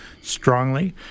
strongly